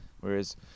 whereas